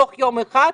תוך יום אחד.